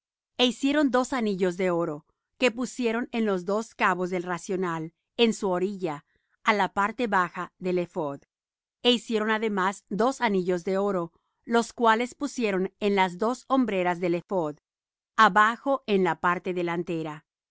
e hicieron dos anillos de oro que pusieron en los dos cabos del racional en su orilla á la parte baja del ephod hicieron además dos anillos de oro los cuales pusieron en las dos hombreras del ephod abajo en la parte delantera